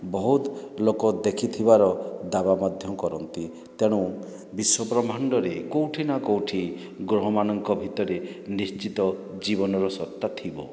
ବହୁତ ଲୋକ ଦେଖିଥିବାର ଦାବା ମଧ୍ୟ କରନ୍ତି ତେଣୁ ବିଶ୍ୱବ୍ରହ୍ମାଣ୍ଡରେ କେଉଁଠି ନା କେଉଁଠି ଗ୍ରହମାନଙ୍କ ଭିତରେ ନିଶ୍ଚିତ ଜୀବନର ସତ୍ତା ଥିବ